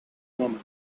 moment